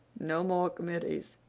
no more committees.